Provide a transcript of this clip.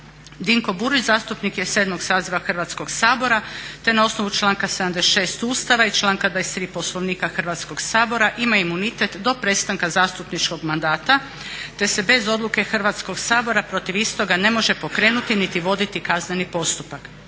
Ivan Klarin zastupnik je 7. saziva Hrvatskoga sabora, na osnovu članka 76. Ustava i članka 23. Poslovnika Hrvatskoga sabora ima imunitet do prestanka zastupničkog mandata te se bez odluke Hrvatskoga sabora protiv istog ne može pokrenuti niti voditi kazneni postupak.